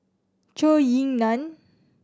Zhou Ying Nan